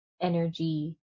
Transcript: energy